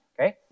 okay